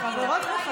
אני אסביר לך.